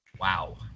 Wow